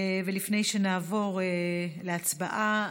לפני שנעבור להצבעה,